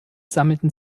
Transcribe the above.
sammelten